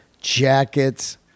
jackets